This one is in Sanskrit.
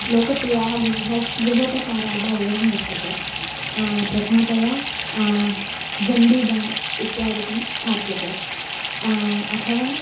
लोकप्रियाः गृहं गृहोपचाराः एवं वर्तते प्रथमतया जण्डू बाम् इत्यादिकं स्थाप्यते अथवा